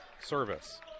Service